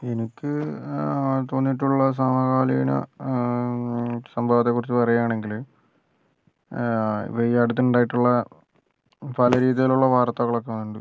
എനിക്ക് തോന്നിയിട്ടുള്ള സമകാലീന സംഭവത്തെ കുറിച്ച് പറയുകയാണെങ്കില് ഇപ്പം ഇ അടുത്ത് ഉണ്ടായിട്ടുള്ള പല രീതിയിലുള്ള വാർത്തകളൊക്കെ കാണാറുണ്ട്